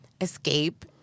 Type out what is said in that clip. Escape